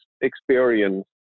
experience